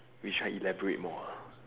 we try elaborate more